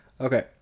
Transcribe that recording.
okay